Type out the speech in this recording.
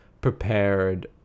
prepared